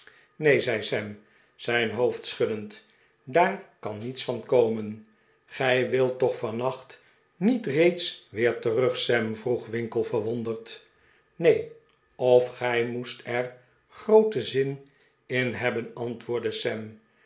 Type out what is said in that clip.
neen zei sam zijn hoofd schuddend daar kan niets van komen gij wilt toch vannacht niet reeds weer terug sam vroeg winkle verwonderd rr neen of gij moest er grooten zin in hebben antwoordde